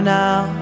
now